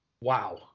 Wow